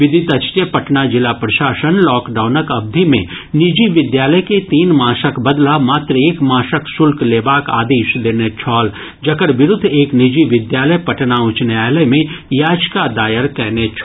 विदित अछि जे पटना जिला प्रशासन लॉकडॉउनक अवधि मे निजी विद्यालय के तीन मासक बदला मात्र एक मासक शुल्क लेबाक आदेश देने छल जकर विरूद्ध एक निजी विद्यालय पटना उच्च न्यायालय मे याचिका दायर कयने छल